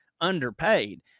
underpaid